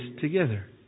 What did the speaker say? together